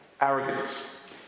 arrogance